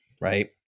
right